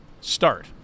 start